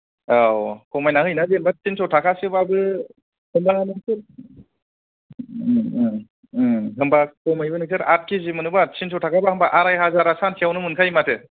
औ खमायनानै होयोना जेनोबा तिनस' टाकासो बाबो एखमबा एसे ओम ओम ओम होनबा खमैबो नोंसोर आट केजि मोनोबा तिनस' टाका बा होनबा आराय हाजारा सानसेआवनो मोनखायो माथो